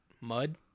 Mud